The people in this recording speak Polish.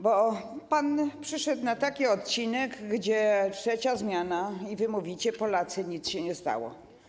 Bo pan przyszedł na taki odcinek, gdzie trzecia zmiana, i wy mówicie: ˝Polacy, nic się nie stało˝